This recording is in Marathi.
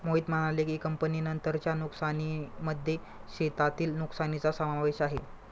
मोहित म्हणाले की, कापणीनंतरच्या नुकसानीमध्ये शेतातील नुकसानीचा समावेश आहे